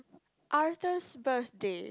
Arthur's birthday